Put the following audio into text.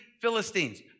Philistines